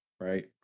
Right